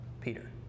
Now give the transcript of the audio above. Peter